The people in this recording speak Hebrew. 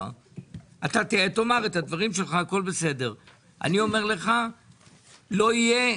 אתה תאמר את הדברים שלך אבל אני אומר לך שלא יהיה